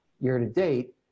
year-to-date